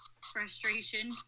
frustration